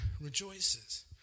rejoices